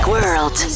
World